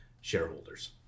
shareholders